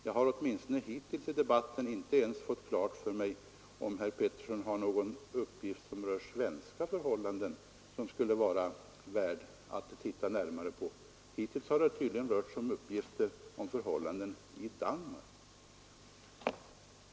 Jag har hittills i debatten inte ens fått klart för mig om herr Petersson har någon uppgift som rör svenska förhållanden, som skulle vara värd att titta närmare på. Hittills har det tydligen rört sig om uppgifter beträffande förhållanden i Danmark.